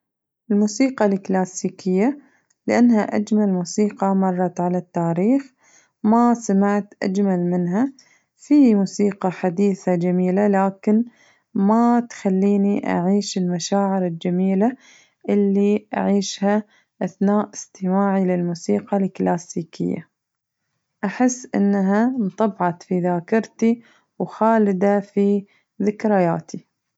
الموسيقى الكلاسيكية لأنها أجمل موسيقى مرت على التاريخ ما سمعت أجمل منها، في موسيقى حديثة جميلة لكن ما تخليني أعيش المشاعر الجميلة اللي أعيشها أثناء استماعي للموسيقى الكلاسيكية، أحس إنها انطبعت في ذاكرتي وخالدة في ذكرياتي.